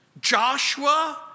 Joshua